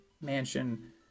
mansion